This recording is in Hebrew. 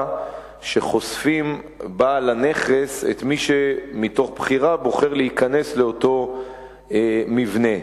שחושפים בעל הנכס את מי שמתוך בחירה בוחר להיכנס לאותו מבנה.